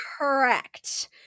Correct